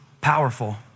powerful